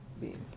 Beans